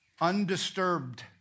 Undisturbed